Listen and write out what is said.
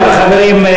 חברים,